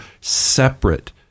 separate